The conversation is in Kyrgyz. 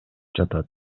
жатат